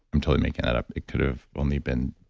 i'm totally making that up. it could have only been.